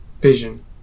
vision